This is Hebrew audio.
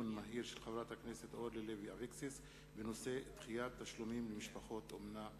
מהיר בנושא: דחיית תשלומים למשפחות אומנה,